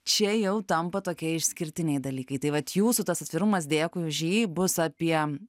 čia jau tampa tokie išskirtiniai dalykai tai vat jūsų tas atvirumas dėkui už jį bus apie